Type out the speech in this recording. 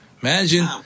Imagine